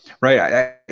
Right